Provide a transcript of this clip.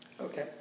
Okay